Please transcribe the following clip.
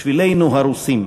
בשבילנו הרוסים,